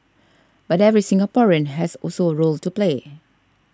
but every Singaporean has also a role to play